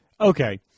Okay